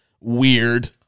weird